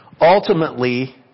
Ultimately